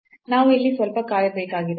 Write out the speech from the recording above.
ನಾವು ಇಲ್ಲಿ ಸ್ವಲ್ಪ ಕಾಯಬೇಕಾಗಿದೆ